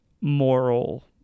moral